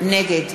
נגד